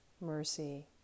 mercy